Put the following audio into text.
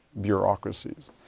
bureaucracies